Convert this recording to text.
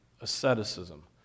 asceticism